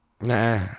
Nah